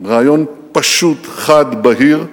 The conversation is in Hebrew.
רעיון פשוט, חד, בהיר,